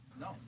No